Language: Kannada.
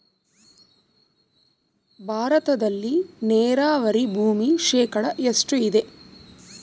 ಭಾರತದಲ್ಲಿ ನೇರಾವರಿ ಭೂಮಿ ಶೇಕಡ ಎಷ್ಟು ಇದೆ?